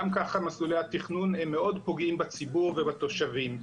גם ככה מסלולי התכנון מאוד פוגעים בציבור ובתושבים,